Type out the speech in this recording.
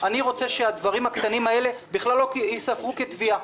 אני רוצה שהדברים הקטנים האלה בכלל לא ייספרו כתביעה.